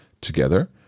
together